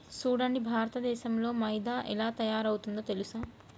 సూడండి భారతదేసంలో మైదా ఎలా తయారవుతుందో తెలుసా